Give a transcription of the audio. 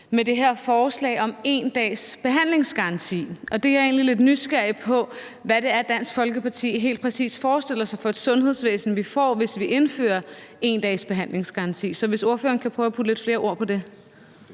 med det her forslag om én dags behandlingsgaranti. Og jeg er egentlig lidt nysgerrig på, hvad det er for et sundhedsvæsen Dansk Folkeparti helt præcis forestiller sig at vi får, hvis vi indfører én dags behandlingsgaranti. Så hvis ordføreren kan prøve at putte lidt flere ord på det.